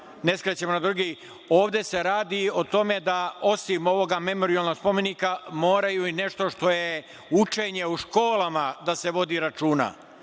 ne skrećemo. Ovde se radi o tome da osim ovog memorijalnog spomenika moraju i nešto što je učenje u školama da se vodi računa,